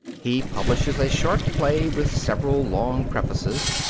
he publishes a short play with several long prefaces.